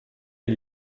gli